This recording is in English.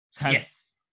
Yes